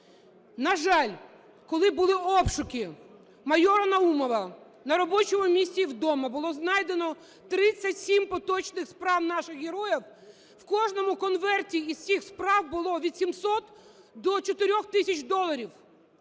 На жаль, коли були обшуки в майора Наумова на робочому місці і вдома, було знайдено 37 поточних справ наших героїв. В кожному конверті із всіх справ було від 700 до 4 тисяч доларів.